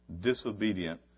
disobedient